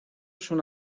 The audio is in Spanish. son